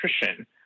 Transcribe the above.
nutrition